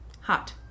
Hot